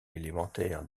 élémentaire